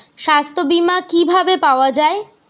সাস্থ্য বিমা কি ভাবে পাওয়া যায়?